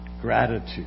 Gratitude